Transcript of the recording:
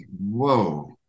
Whoa